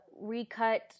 recut